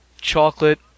chocolate